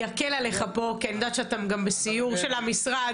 אני אקל עליך פה כי אני יודעת שאתה גם בסיור של המשרד,